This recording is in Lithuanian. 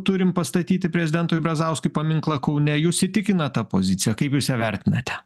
turim pastatyti prezidentui brazauskui paminklą kaune jūs įtikina ta pozicija kaip jūs ją vertinate